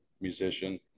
musician